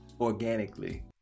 organically